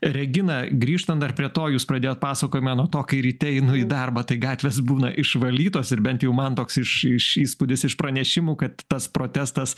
regina grįžtant dar prie to jūs pradėjot pasakojimą nuo to kai ryte einu į darbą tai gatvės būna išvalytos ir bent jau man toks iš iš įspūdis iš pranešimų kad tas protestas